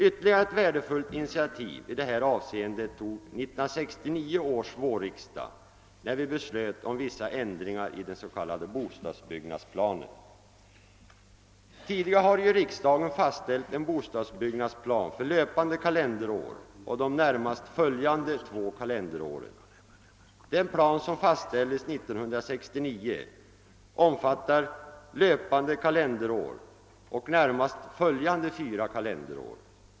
Ytterligare ett värdefullt initiativ i det här avseendet tog 1969 års vårriksdag när vi beslöt om vissa ändringar i den s.k. bostadsbyggnadsplanen. Tidigare har ju riksdagen fastställt en bostadsbyggnadsplan för löpande kalenderår och de närmast följande två kalenderåren. Den plan som fastställdes 1969 omfattar löpande kalenderår och närmast följande fyra kalenderår.